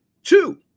Two